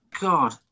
God